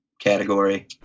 category